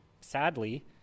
sadly